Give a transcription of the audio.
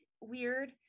Weird